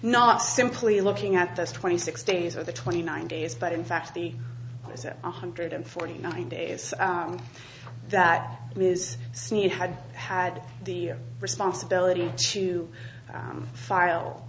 not simply looking at those twenty six days or the twenty nine days but in fact the is it one hundred and forty nine days that is new had had the responsibility to file